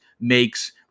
makes